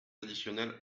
additionnel